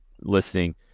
listening